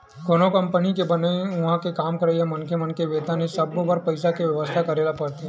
कोनो कंपनी के बनई, उहाँ काम करइया मनखे मन के बेतन ए सब्बो बर पइसा के बेवस्था करे ल परथे